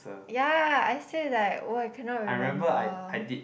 ya I say like oh I cannot remember